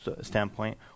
standpoint